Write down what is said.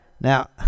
Now